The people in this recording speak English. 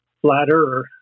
flatter